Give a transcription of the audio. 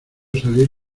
salir